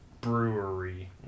brewery